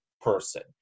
person